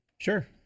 Sure